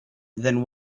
then